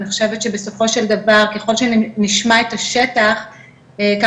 אני חושבת שבסופו של דבר ככל שנשמע את השטח כך